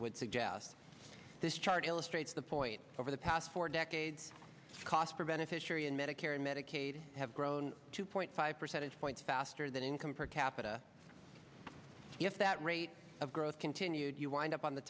would suggest this chart illustrates the point over the past four decades the cost for beneficiary in medicare and medicaid have grown two point five percentage points faster than income per capita if that rate of growth continued you wind up on the